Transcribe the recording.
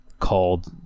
Called